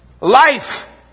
life